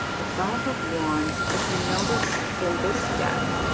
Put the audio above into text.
the five of lon's if you notice in this deck,